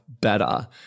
better